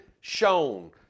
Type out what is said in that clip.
shown